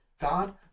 God